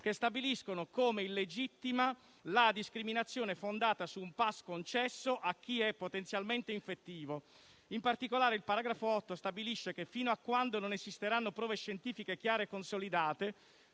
che stabiliscono come illegittima la discriminazione fondata su un "*pass*" concesso a chi è potenzialmente infettivo; in particolare, il Paragrafo 8 stabilisce che "fino a quando non esisteranno prove scientifiche chiare e consolidate,